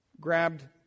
grabbed